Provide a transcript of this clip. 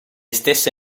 stesse